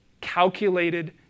calculated